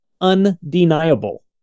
undeniable